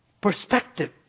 perspective